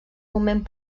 moment